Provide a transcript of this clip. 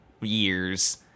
years